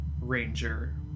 ranger